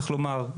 צריך לומר,